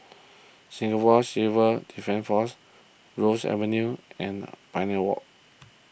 Singapore Civil Defence force Ross Avenue and Pioneer Walk